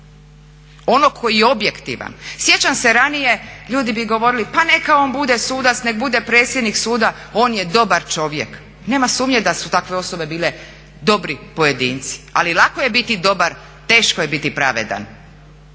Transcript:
Onog koji je objektivan. Sjećam se ranije ljudi bi govorili pa neka on bude sudac, nek' bude predsjednik suda on je dobar čovjek. Nema sumnje da su takve osobe bile dobri pojedinci. Ali lako je biti dobar, teško je biti pravedan.